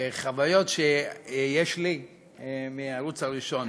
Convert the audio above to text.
חוויות שיש לי מהערוץ הראשון.